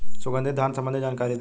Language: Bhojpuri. सुगंधित धान संबंधित जानकारी दी?